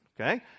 Okay